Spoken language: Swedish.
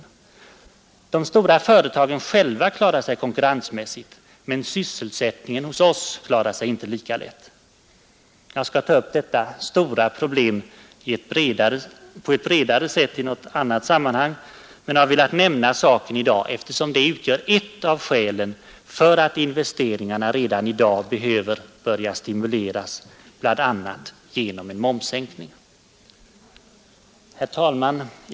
De stora företagen klarar sig konkurrensmässigt, men sysselsättningen hos oss klarar sig inte lika lätt. Jag skall ta upp detta stora problem på ett bredare sätt i annat sammanhang men har velat nämna saken i dag, eftersom den utgör ett av skälen för att investeringarna redan i dag behöver börja stimuleras, bl.a. genom en momssänkning. Herr talman!